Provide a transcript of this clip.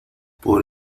por